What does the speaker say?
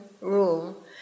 rule